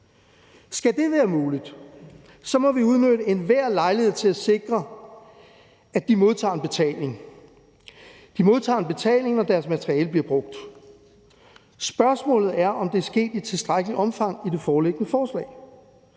Skal det være muligt, må vi udnytte enhver lejlighed til at sikre, at disse modtager en betaling, når deres materiale bliver brugt. Spørgsmålet er, om det er sket i tilstrækkeligt omfang i det foreliggende forslag,